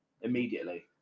immediately